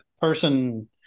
person